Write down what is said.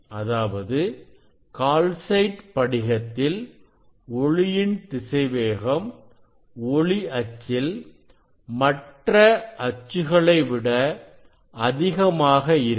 அதாவது calcite படிகத்தில் ஒளியின் திசைவேகம் ஒளி அச்சில் மற்ற அச்சுகளை விட அதிகமாக இருக்கும்